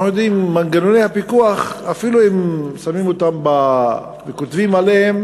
מנגנוני הפיקוח, אם שמים אותם וכותבים עליהם,